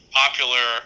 popular